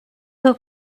who